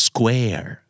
Square